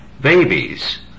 babies